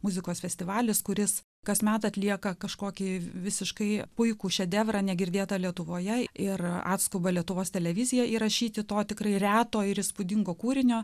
muzikos festivalis kuris kasmet atlieka kažkokį visiškai puikų šedevrą negirdėtą lietuvoje ir atskuba lietuvos televizija įrašyti to tikrai reto ir įspūdingo kūrinio